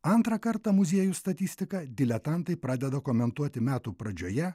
antrą kartą muziejų statistiką diletantai pradeda komentuoti metų pradžioje